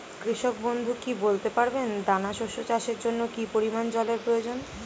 কৃষক বন্ধু কি বলতে পারবেন দানা শস্য চাষের জন্য কি পরিমান জলের প্রয়োজন?